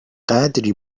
قدری